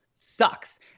sucks